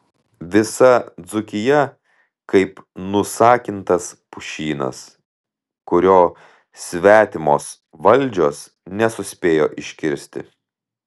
visa dzūkija kaip nusakintas pušynas kurio svetimos valdžios nesuspėjo iškirsti